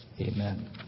Amen